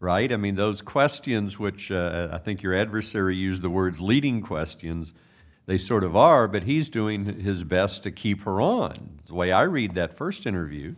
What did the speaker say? right i mean those questions which i think your adversary use the words leading questions they sort of are but he's doing his best to keep her on the way i read that first interview